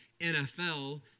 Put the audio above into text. NFL